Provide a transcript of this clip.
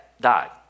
died